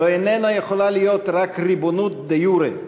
זו איננה יכולה להיות רק ריבונות דה יורה,